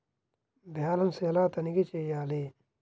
Balance ఎలా తనిఖీ చేయాలి?